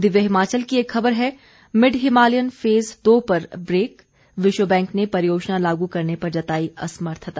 दिव्य हिमाचल की एक खबर है मिड हिमालयन फेज दो पर ब्रेक विश्व बैंक ने परियोजना लागू करने पर जताई असमर्थता